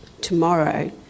tomorrow